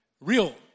Real